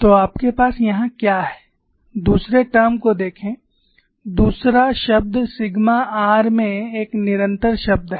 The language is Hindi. तो आपके पास यहां क्या है दूसरे टर्म को देखें दूसरा शब्द सिग्मा r में एक निरंतर शब्द है